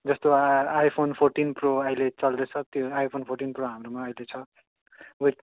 जस्तो आ iPhone fourteen Pro अहिले चल्दैछ त्यो आइफोन फोर्टिन प्रो हाम्रोमा अहिले छ विथ